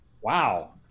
Wow